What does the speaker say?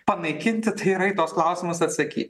panaikinti tai yra tuos klausimus atsakyt